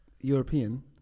European